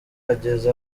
ageze